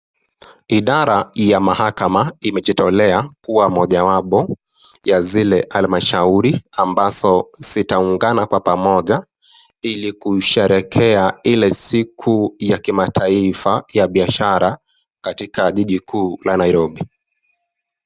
Idara ya mahakama imejitolea kuwa moja wapo, ya zile almashauri ambazo zitaungana kwa pamoja ili kusherekea ile siku ya kimataifa ya biashara, katika jiji kuu la Nairobi.